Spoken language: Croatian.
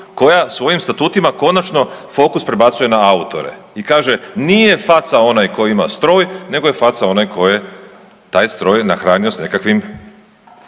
koja svojim statutima konačno fokus prebacuje na autore i kaže nije faca onaj tko ima stroj nego je faca onaj tko je taj stroj nahranio s nekakvim